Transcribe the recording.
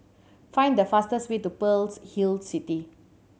find the fastest way to Pearl's Hill City